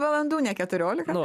valandų ne keturiolika